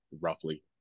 roughly